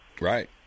Right